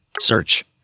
Search